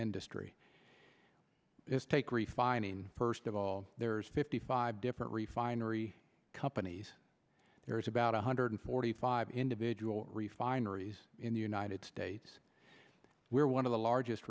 industry is take refining first of all there's fifty five different refinery companies there's about one hundred forty five individual refineries in the united states where one of the largest